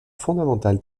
fondamental